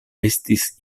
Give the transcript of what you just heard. estis